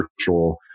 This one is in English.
virtual